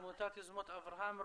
עמותת יוזמות אברהם,